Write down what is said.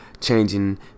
Changing